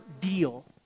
deal